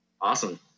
awesome